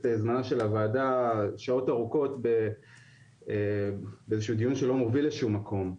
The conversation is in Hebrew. זמנה של הוועדה שעות ארוכות באיזשהו דיון שלא מוביל לשום מקום.